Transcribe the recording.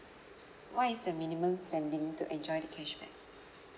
what is the minimum spending to enjoy the cashback